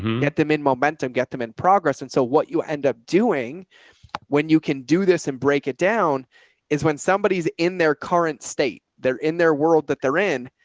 get them in momentum, get them in progress. and so what you end up doing when you can do this and break it down is when somebody is in their current state, they're in their world that they're in.